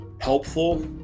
helpful